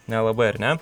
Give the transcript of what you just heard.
nelabai ar ne